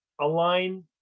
align